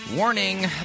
Warning